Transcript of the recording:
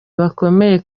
bakomeye